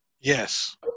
Yes